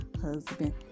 husband